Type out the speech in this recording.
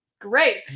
Great